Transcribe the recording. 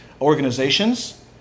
organizations